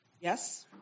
Yes